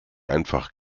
einfach